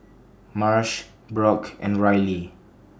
Marsh Brock and Riley